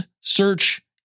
search